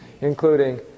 including